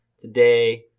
Today